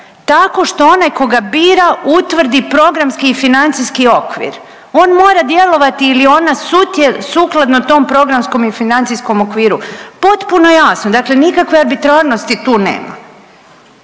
tako što onaj ko ga bira utvrdi programski i financijski okvir, on mora djelovati ili ona sukladno tom programskom i financijskom okviru, potpuno jasno, dakle nikakve arbitrarnosti tu nema.